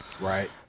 Right